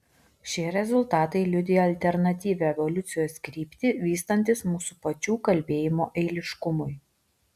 šie rezultatai liudija alternatyvią evoliucijos kryptį vystantis mūsų pačių kalbėjimo eiliškumui